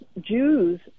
Jews